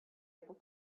able